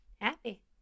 happy